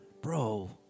Bro